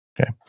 Okay